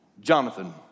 Jonathan